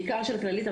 בעיקר של כללית,